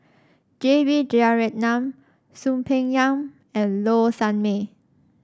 J B Jeyaretnam Soon Peng Yam and Low Sanmay